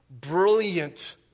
brilliant